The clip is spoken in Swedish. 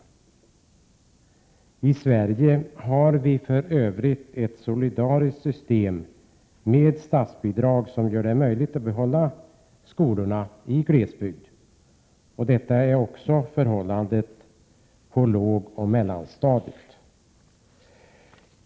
I Sverige har vi för övrigt ett solidariskt system med statsbidrag som gör det möjligt att behålla skolorna i glesbygder. Detta är också förhållandet för lågoch mellanstadiet.